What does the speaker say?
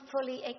fully